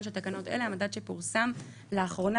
של תקנות אלה המדד שפורסם לאחרונה,